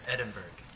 Edinburgh